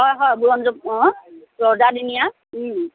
হয় হয় ৰজাদিনীয়া ওম